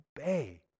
obey